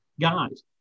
guys